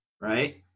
right